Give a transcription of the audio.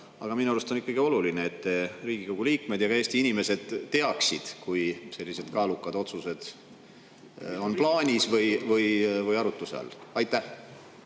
aga minu arust on ikkagi oluline, et Riigikogu liikmed ja ka Eesti inimesed teaksid, kui sellised kaalukad otsused on plaanis või arutuse all. Aitäh,